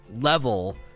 level